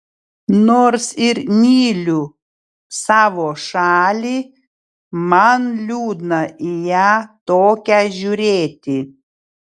nors ir myliu savo šalį man liūdna į ją tokią žiūrėti